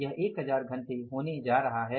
1000 घंटे होने जा रहा है